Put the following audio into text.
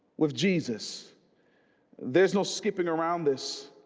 with jesus there's no skipping around this